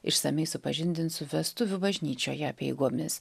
išsamiai supažindins su vestuvių bažnyčioje apeigomis